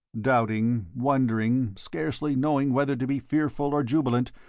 doubting, wondering, scarcely knowing whether to be fearful or jubilant,